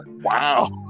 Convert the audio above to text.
Wow